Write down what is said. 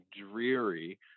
dreary